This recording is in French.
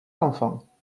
enfants